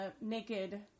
naked